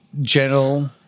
gentle